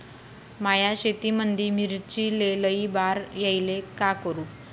माया शेतामंदी मिर्चीले लई बार यायले का करू?